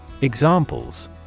Examples